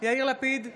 יאיר לפיד,